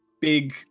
big